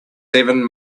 seven